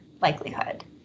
likelihood